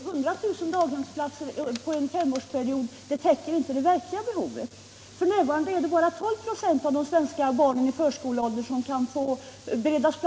Herr talman! Hundratusentals daghemsplatser på en femårsperiod täcker ju inte det verkliga behovet. F.n. är det bara 12 26 av de svenska barnen i förskoleåldern som kan beredas